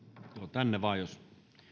tänne vaan jos